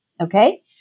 Okay